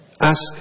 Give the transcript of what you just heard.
Ask